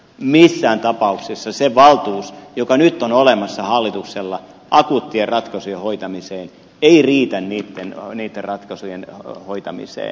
missään tapauksessa se valtuus joka nyt on olemassa hallituksella akuuttien ratkaisujen hoitamiseen ei riitä niitten ratkaisujen hoitamiseen